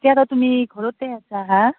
এতিয়া আৰু তুমি ঘৰতে আছা হা